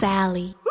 Sally